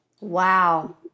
Wow